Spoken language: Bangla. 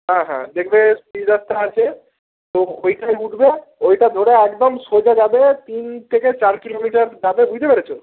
হ্যাঁ হ্যাঁ দেখবে পিচ রাস্তা আছে তো ওইখানে উঠবে ওইটা ধরে একদম সোজা যাবে তিন থেকে চার কিলোমিটার যাবে বুঝতে পেরেছ